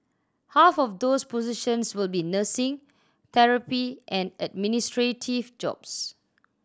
half of those positions will be nursing therapy and administrative jobs